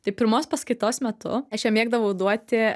tai pirmos paskaitos metu aš jiem mėgdavau duoti